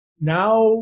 Now